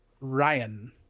Ryan